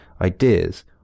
ideas